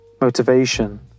Motivation